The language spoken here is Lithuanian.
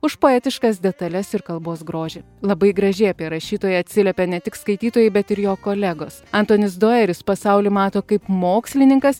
už poetiškas detales ir kalbos grožį labai gražiai apie rašytoją atsiliepia ne tik skaitytojai bet ir jo kolegos antonis dojeris pasaulį mato kaip mokslininkas